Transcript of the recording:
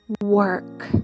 work